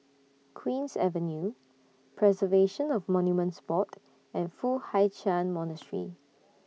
Queen's Avenue Preservation of Monuments Board and Foo Hai Ch'An Monastery